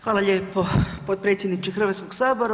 Hvala lijepo potpredsjedniče Hrvatskog sabora.